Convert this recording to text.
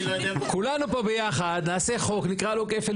כולנו פה ביחד נעשה חוק, נקרא לו כפל